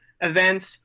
events